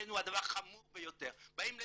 ולצערנו הדבר חמור ביותר, באים לפה,